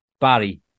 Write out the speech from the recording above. Barry